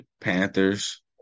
Panthers